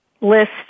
list